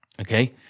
okay